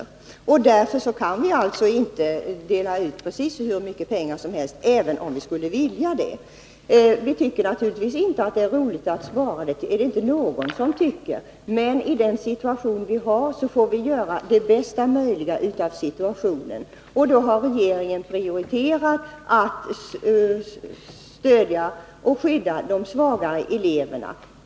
Därför kan vi inte dela ut hur mycket pengar som helst, även om vi skulle vilja det. Vi tycker naturligtvis inte att det är roligt att spara på det här området — det tycker ingen — men i det rådande läget får vi göra det bästa möjliga av situationen. Då har regeringen prioriterat att stödja och skydda de svagare eleverna.